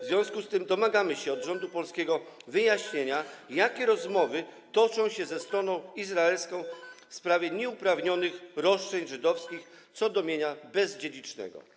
W związku z tym domagamy się od rządu polskiego wyjaśnienia, jakie rozmowy toczą się ze stroną izraelską w sprawie nieuprawnionych roszczeń żydowskich co do mienia bezdziedzicznego.